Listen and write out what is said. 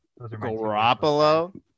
Garoppolo